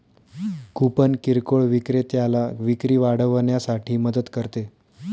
coupon किरकोळ विक्रेत्याला विक्री वाढवण्यासाठी मदत करते